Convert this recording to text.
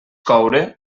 coure